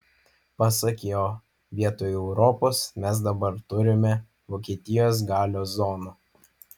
pasak jo vietoj europos mes dabar turime vokietijos galios zoną